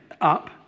up